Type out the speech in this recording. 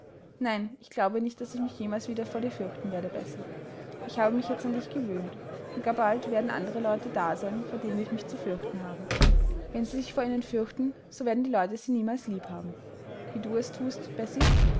nein ich glaube nicht daß ich mich jemals wieder vor dir fürchten werde bessie ich habe mich jetzt an dich gewöhnt und gar bald werden andere leute da sein vor denen ich mich zu fürchten habe wenn sie sich vor ihnen fürchten so werden die leute sie niemals lieb haben wie du es thust